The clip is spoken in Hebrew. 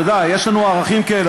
אתה יודע, יש לנו ערכים כאלה.